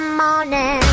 morning